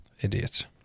Idiot